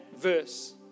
verse